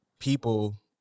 People